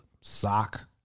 sock